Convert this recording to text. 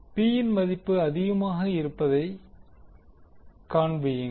P ன் மதிப்பு அதிகமாக இருப்பதை காண்பியுங்கள்